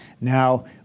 Now